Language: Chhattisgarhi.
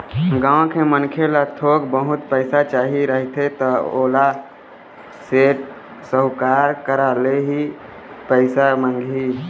गाँव के मनखे ल थोक बहुत पइसा चाही रहिथे त ओहा सेठ, साहूकार करा ले ही पइसा मांगही